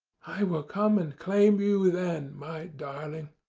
i will come and claim you then, my darling.